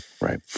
right